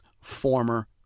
former